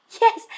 Yes